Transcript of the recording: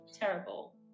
terrible